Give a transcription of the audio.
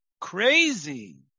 Crazy